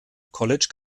college